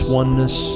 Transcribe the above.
oneness